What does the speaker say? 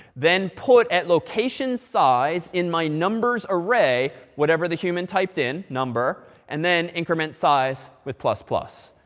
then, put at location, size, in my numbers, array, whatever the human typed in, number. and then, increment size with plus, plus.